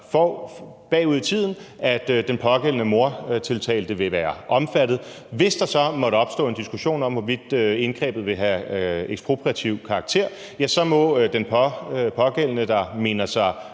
bagud i tiden, at den pågældende mordtiltalte vil være omfattet. Hvis der så måtte opstå en diskussion om, hvorvidt indgrebet vil have ekspropriativ karakter, må den pågældende, der mener sig